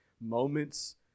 moments